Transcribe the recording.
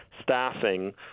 Staffing